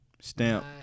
Stamp